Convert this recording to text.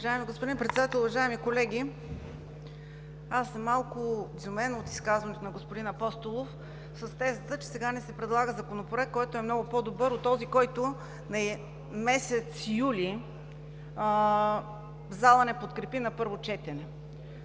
Уважаеми господин Председател, уважаеми колеги! Малко съм изумена от изказването на господин Апостолов с тезата, че сега ни се предлага Законопроект, който е много по-добър от този, който залата не подкрепи на първо четене